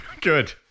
Good